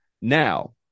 now